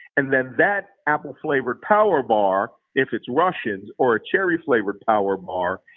and then that apple-flavored power bar, if it's russian, or a cherry-flavored power bar,